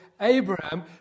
Abraham